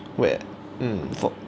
where~ mm for